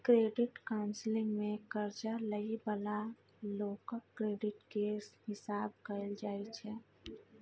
credit counselling मे कर्जा लइ बला लोकक क्रेडिट केर हिसाब कएल जाइ छै